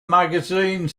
magazine